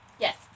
Yes